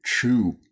chew